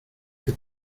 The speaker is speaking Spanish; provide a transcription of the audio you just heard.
que